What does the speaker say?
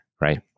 Right